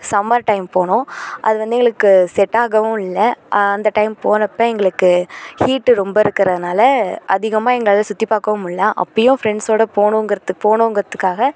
summer time போனோம் அது வந்து எங்களுக்கு செட் ஆகவும் இல்லை அந்த டைம் போனப்போ எங்களுக்கு ஹீட்டு ரொம்ப இருக்குறதுனால் அதிகமாக எங்களால் சுற்றி பார்க்கவும் முடில அப்போயும் ஃப்ரெண்ட்ஸோடு போகணுங்கிறத்து போகணுங்கிறத்துக்காக